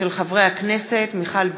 של חברי הכנסת מיכל בירן,